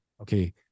okay